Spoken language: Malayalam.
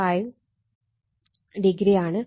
5o ആണ്